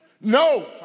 No